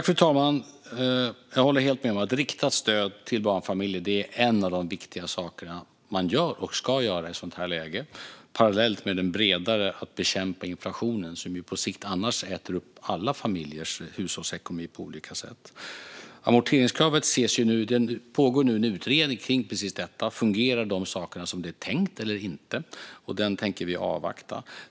Fru talman! Jag håller helt med om att riktat stöd till barnfamiljer är en av de viktiga saker man gör och ska göra i ett sådant här läge - parallellt med det bredare att bekämpa inflationen, som ju annars på sikt äter upp alla familjers hushållsekonomi på olika sätt. Det pågår nu en utredning kring amorteringskravet. Fungerar detta som det var tänkt eller inte? Den utredningen tänker vi avvakta.